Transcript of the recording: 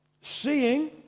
Seeing